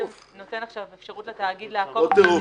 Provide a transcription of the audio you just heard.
נותן עכשיו אפשרות לתאגיד לעקוב אחרי נזילות.